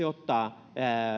ottaa esimerkiksi